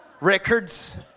records